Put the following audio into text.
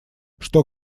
что